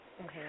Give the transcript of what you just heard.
Okay